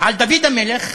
בסיפור על דוד המלך,